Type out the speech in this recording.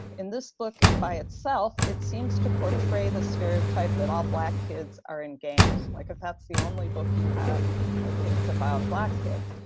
in this book, by itself, it seems to portray the stereotype that all black kids are in gangs. like if that's the only book you have for kids about black kids.